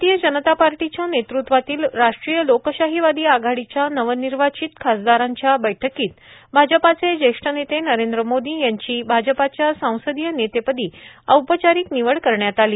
आरतीय जनता पार्टीच्या नेतृत्वातील राष्ट्रीय लोकशाहीवादी आघाडीच्या नवनिर्वाचित खासदारांच्या बैठकीत भाजपाचे ज्येष्ठ नेते नरेंद्र मोदी यांची भाजपाच्या सांसदीय नेतेपदी औपचारिक निवड करण्यात आली